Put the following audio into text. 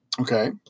Okay